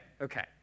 okay